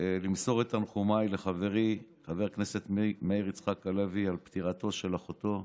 למסור את תנחומיי לחברי חבר הכנסת מאיר יצחק הלוי על פטירתה של אחותו.